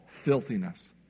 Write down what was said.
filthiness